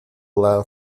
allow